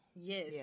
Yes